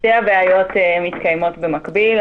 שתי הבעיות מתקיימות במקביל.